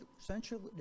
essentially